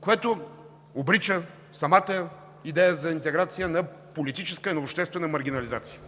което обрича самата идея за интеграция на политическа и обществена маргинализация.